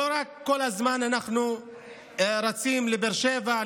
כל הזמן אנחנו רצים לבאר שבע,